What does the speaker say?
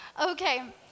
Okay